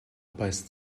beißt